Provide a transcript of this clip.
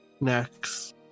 next